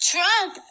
Trump